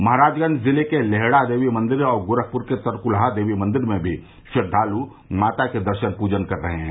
महराजगंज जिले के लेहड़ा देवी मंदिर और गोरखपुर के तरकुलहा देवी मंदिर में भी श्रद्वालु माता के दर्शन पूजन कर रहे हैं